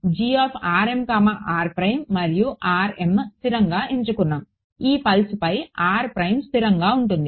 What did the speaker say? కాబట్టి మరియు స్థిరంగా ఎంచుకున్నాము ఈ పల్స్పై స్థిరంగా ఉంటుంది